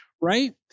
Right